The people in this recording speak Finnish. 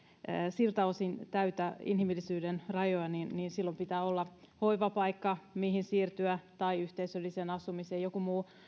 siltä osin täytä inhimillisyyden rajoja niin niin silloin pitää olla hoivapaikka mihin siirtyä tai yhteisölliseen asumiseen tai jokin muu